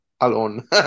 alone